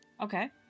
Okay